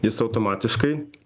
jis automatiškai